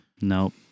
nope